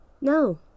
No